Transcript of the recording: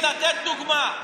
שישראל תתחיל בלתת דוגמה.